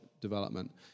development